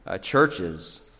churches